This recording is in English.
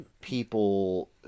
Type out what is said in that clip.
people